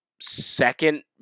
second